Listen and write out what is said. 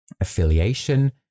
affiliation